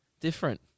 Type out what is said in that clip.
different